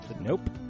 Nope